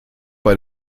bei